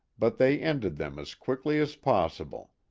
but they ended them as quickly as possible.